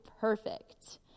perfect